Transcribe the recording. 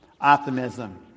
optimism